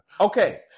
Okay